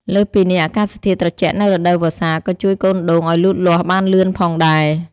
លើសពីនេះ អាកាសធាតុត្រជាក់នៅរដូវវស្សាក៏ជួយកូនដូងឲ្យលូតលាស់បានលឿនផងដែរ។